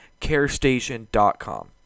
carestation.com